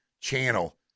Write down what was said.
channel